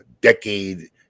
decade